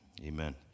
amen